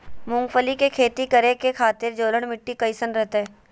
मूंगफली के खेती करें के खातिर जलोढ़ मिट्टी कईसन रहतय?